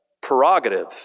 prerogative